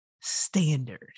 standard